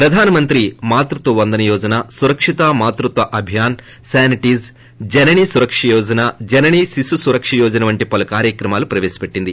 ప్రధానమంత్రి మాతృత్వ వందన యోజన సురక్షిత మాతృత్వ అభియాన్ సానిటీజ్ జనని సురక్ష యోజన జననీ శిశు సురక్ష యోజన వంటి పలు కార్సక్రమాలను ప్రవేశపెట్టింది